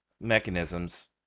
mechanisms